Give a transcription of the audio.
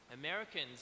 Americans